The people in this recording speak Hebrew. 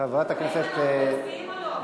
חברת הכנסת, האם אנחנו מצביעים, או לא?